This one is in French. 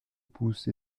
pousse